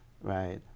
right